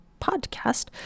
Podcast